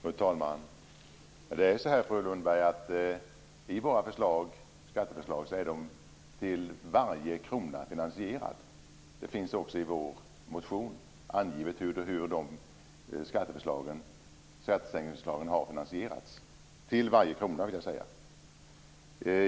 Fru talman! Våra skatteförslag är finansierade till varje krona, fru Lundberg. Det finns också angivet i vår motion hur dessa skattesänkningsförslag har finansierats till varje krona.